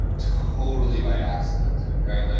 totally by accident, right, like